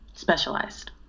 Specialized